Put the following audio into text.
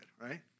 right